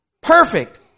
Perfect